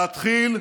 להתחיל לדבר.